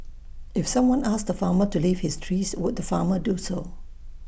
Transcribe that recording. if someone asked the farmer to leave his trees would the farmer do so